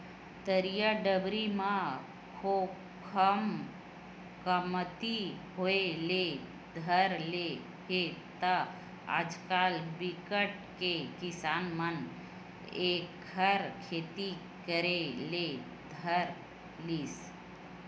तरिया डबरी म खोखमा कमती होय ले धर ले हे त आजकल बिकट के किसान मन एखर खेती करे ले धर लिस